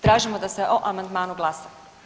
Tražimo da se o amandmanu glasa.